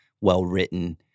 well-written